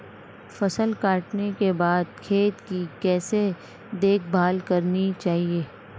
फसल काटने के बाद खेत की कैसे देखभाल करनी चाहिए?